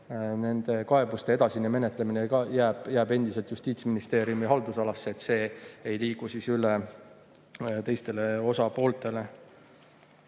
nende kaebuste edasine menetlemine jääb endiselt Justiitsministeeriumi haldusalasse, see ei liigu üle teistele osapooltele.